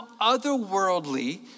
otherworldly